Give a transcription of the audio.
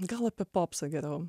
gal apie popsą geriau